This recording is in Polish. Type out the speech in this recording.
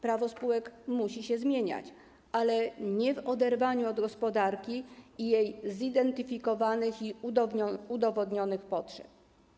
Prawo spółek musi się zmieniać, ale nie w oderwaniu od gospodarki i jej zidentyfikowanych i udowodnionych potrzeb.